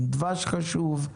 אם דבש חשוב,